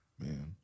Man